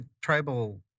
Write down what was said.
tribal